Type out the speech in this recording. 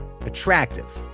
attractive